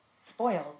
spoiled